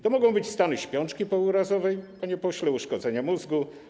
To mogą być stany śpiączki pourazowej, panie pośle, uszkodzenia mózgu.